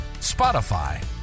Spotify